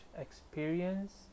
experience